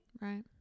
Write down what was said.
Right